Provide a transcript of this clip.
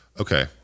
Okay